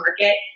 market